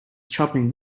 chopping